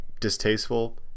distasteful